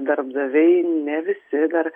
darbdaviai ne visi dar